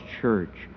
church